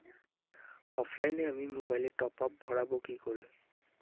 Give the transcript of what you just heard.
অফলাইনে আমি মোবাইলে টপআপ ভরাবো কি করে?